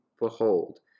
behold